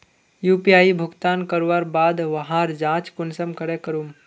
UPI भुगतान करवार बाद वहार जाँच कुंसम करे करूम?